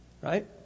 Right